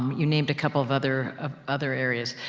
you named a couple of other, of other areas.